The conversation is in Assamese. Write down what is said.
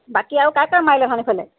বাকী আৰু কাৰ কাৰ মাৰিলে ধান সেইফালে